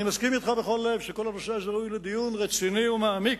אני מסכים אתך בכל לב שכל הנושא הזה ראוי לדיון רציני ומעמיק,